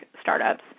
startups